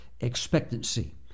expectancy